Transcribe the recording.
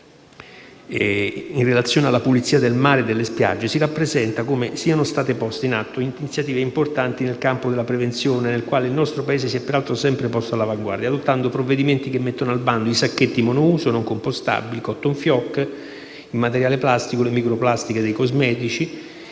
in relazione alla pulizia del mare e delle spiagge si rappresenta come siano state poste in atto iniziative importanti nel campo della prevenzione, nel quale il nostro Paese si è tra l'altro sempre posto all'avanguardia, adottando provvedimenti che mettono al bando i sacchetti monouso non compostabili, *cotton fioc*, materiale plastico e le microplastiche nei cosmetici.